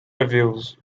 reviews